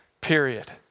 period